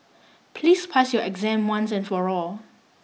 please pass your exam once and for all